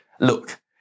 Look